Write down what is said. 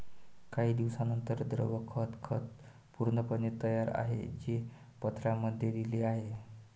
काही दिवसांनंतर, द्रव खत खत पूर्णपणे तयार आहे, जे पत्रांमध्ये दिले आहे